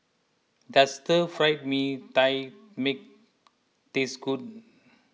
does Stir Fried Mee Tai Mak taste good